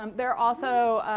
um they're also